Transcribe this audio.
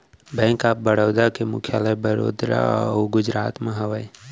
bank of Baroda के मुख्यालय बड़ोदरा अउ गुजरात म हे